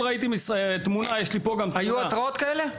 היו התראות כאלה?